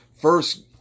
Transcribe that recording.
first